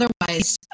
otherwise